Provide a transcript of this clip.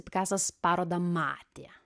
pikasas parodą matė